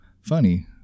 Funny